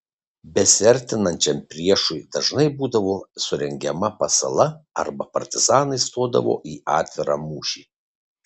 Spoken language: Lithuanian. besiartinančiam priešui dažnai būdavo surengiama pasala arba partizanai stodavo į atvirą mūšį